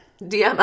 DM